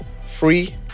free